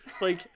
Like-